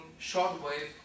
shortwave